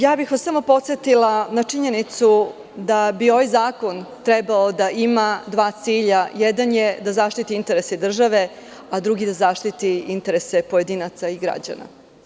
Ja bih vas samo podsetila na činjenicu da bi ovaj zakon trebalo da ima dva cilja – jedan je da zaštiti interese države, a drugi da zaštiti interese pojedinaca i građana.